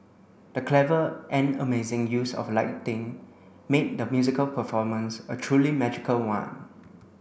the clever and amazing use of lighting made the musical performance a truly magical one